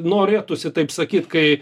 norėtųsi taip sakyt kai